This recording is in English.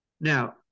now